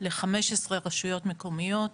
ל-15 רשויות מקומיות.